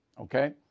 okay